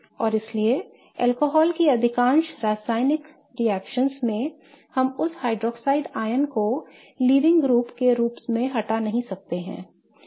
और इसलिए अल्कोहल की अधिकांश रासायनिक रिएक्शनओं में हम उस हाइड्रॉक्साइड आयन को लीविंग ग्रुप के रूप में हटा नहीं सकते हैं